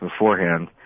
beforehand